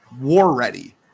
war-ready